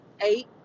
eight